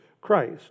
Christ